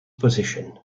position